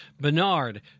Bernard